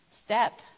step